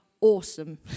awesome